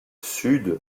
sud